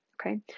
Okay